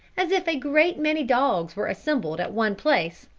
as if a great many dogs were assembled at one place,